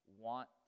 want